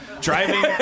driving